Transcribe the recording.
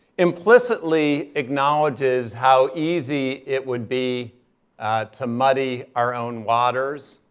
implicitly acknowledges how easy it would be to muddy our own waters,